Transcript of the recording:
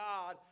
God